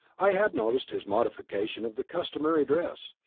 i had noticed his modification of the customary dress.